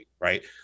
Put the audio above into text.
right